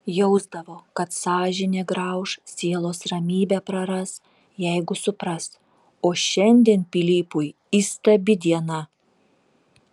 jausdavo kad sąžinė grauš sielos ramybę praras jeigu supras o šiandien pilypui įstabi diena